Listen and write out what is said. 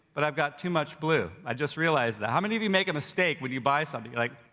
but i've got too much blue, i just realized that. how many of you make a mistake when you buy something? like